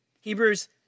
Hebrews